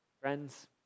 Friends